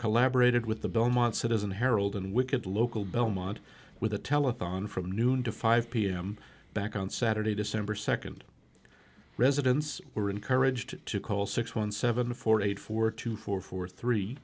collaborated with the belmont citizen herald in wicked local belmont with a telethon from noon to five pm back on saturday december second residents were encouraged to call six one seven four eight four two four four three